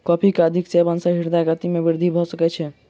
coffee के अधिक सेवन सॅ हृदय गति में वृद्धि भ सकै छै